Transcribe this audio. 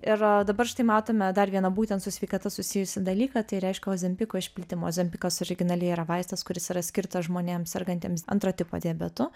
ir dabar štai matome dar vieną būtent su sveikata susijusį dalyką tai reiškia ozempiko išpiltimą ozempikas originaliai yra vaistas kuris yra skirtas žmonėms sergantiems antro tipo diabetu